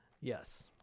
Yes